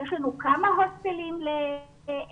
יש לנו כמה הוסטלים לבנות